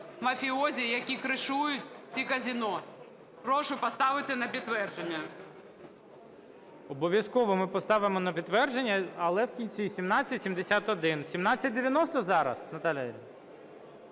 мафіозі, які кришують ці казино. Прошу поставити на підтвердження. ГОЛОВУЮЧИЙ. Обов'язково ми поставимо на підтвердження, але в кінці 1771. 1790 зараз, Наталія